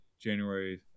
January